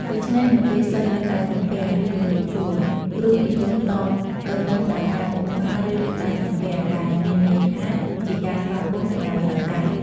ដូច្នេះ នៅពេលសិស្ស លើកដៃសំពះ ឬ ជម្រាបសួរ គ្រូនិយមតបទៅវិញដោយការងក់ក្បាល ឬ លើកដៃសំពះ ដែលមានន័យថាជាការស្វាគមន៍ទៅកាន់សិស្សដែរ។